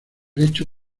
hecho